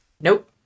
Nope